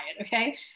Okay